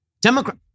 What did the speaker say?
Democrat